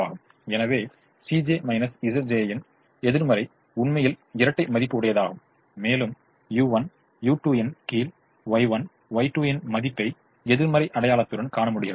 எனவே Cj Zj இன் எதிர்மறை உண்மையில் இரட்டை மதிப்பு உடையதாகும் மேலும் u1 u2 இன் கீழ் Y1 Y2 இன் மதிப்பை எதிர்மறை அடையாளத்துடன் காண முடிகிறது